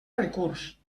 recurs